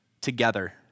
together